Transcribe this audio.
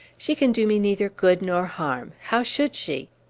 she can do me neither good nor harm. how should she?